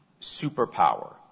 superpower